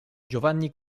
giovanni